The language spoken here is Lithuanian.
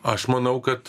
aš manau kad